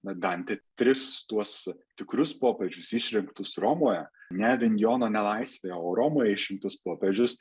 na dantė tris tuos tikrus popiežius išrinktus romoje ne avinjono nelaisvėje o romoje išimtus popiežius